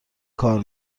کار